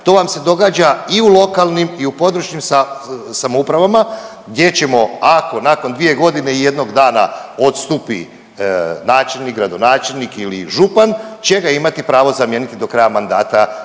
To vam se događa i u lokalnim i u područnim samoupravama gdje ćemo ako nakon 2 godine i jednog dana odstupi načelnik, gradonačelnik ili župan će ga imati pravo zamijeniti do kraja mandata